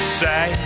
say